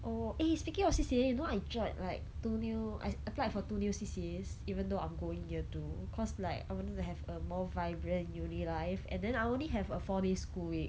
oh eh speaking of C_C_A you know I joined like two new I applied for two new C_C_A even though I'm going year two cause like I wanted to have a more vibrant uni life and then I only have a four day school week